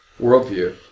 worldview